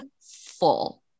full